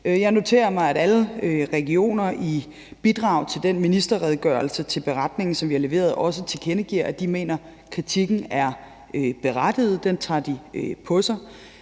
Jeg noterer mig, at alle regioner i deres bidrag til den ministerredegørelse til beretningen, som vi har leveret, også tilkendegiver, at de mener, at kritikken er berettiget – den tager de på sig.